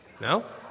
No